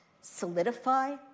solidify